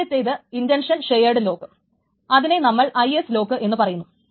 ആദ്യത്തെത് intention shared lock അതിനെ നമ്മൾ IS lock എന്ന് പറയുന്നു